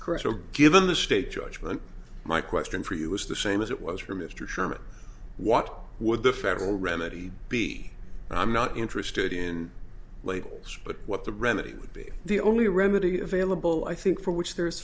cristol given the state judgment my question for you was the same as it was for mr sherman what would the federal remedy be and i'm not interested in labels but what the remedy would be the only remedy available i think for which there